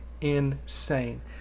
insane